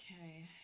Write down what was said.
Okay